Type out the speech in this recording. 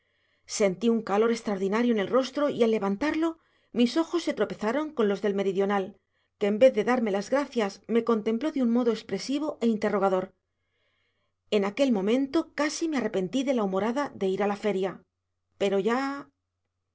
sentí un calor extraordinario en el rostro y al levantarlo mis ojos se tropezaron con los del meridional que en vez de darme las gracias me contempló de un modo expresivo e interrogador en aquel momento casi me arrepentí de la humorada de ir a la feria pero ya